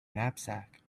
knapsack